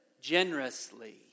generously